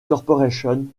corporation